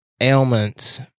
ailments